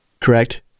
correct